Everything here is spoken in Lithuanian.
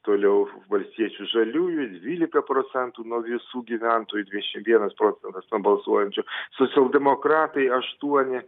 toliau už valstiečių žaliųjų dvylika procentų nuo visų gyventojų dvidešim vienas procentas nuo balsuojančių socialdemokratai aštuoni